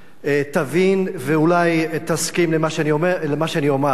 תבין ואולי תסכים למה שאומר.